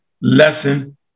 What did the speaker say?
lesson